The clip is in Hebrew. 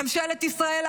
ממשלת ישראל,